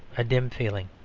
a dim feeling